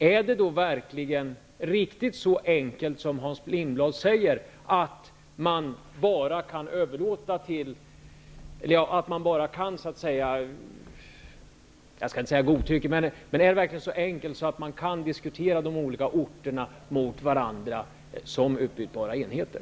Är det då verkligen riktigt så enkelt som Hans Lindblad säger, att man kan -- jag skall inte säga godtyckligt -- ställa de olika orterna mot varandra som utbytbara enheter?